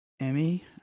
Emmy